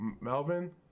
Melvin